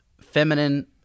feminine